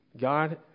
God